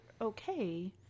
okay